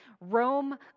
Rome